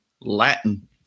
Latin